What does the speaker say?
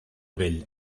vell